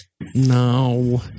No